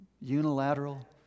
unilateral